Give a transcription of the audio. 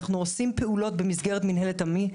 אנחנו עושים פעולות במסגרת מינהלת עמ"י.